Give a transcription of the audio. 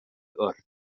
wrth